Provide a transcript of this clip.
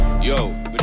Yo